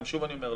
שוב אני אומר,